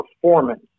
performance